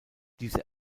diese